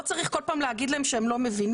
לא צריך כל פעם להגיד להם שהם לא מבינים.